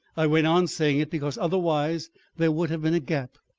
i went on saying it because otherwise there would have been a gap.